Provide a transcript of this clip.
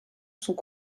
sont